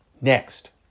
Next